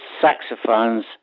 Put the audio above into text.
saxophones